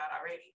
already